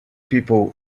people